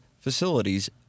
facilities